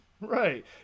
Right